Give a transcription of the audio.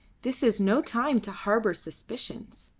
this is no time to harbour suspicions.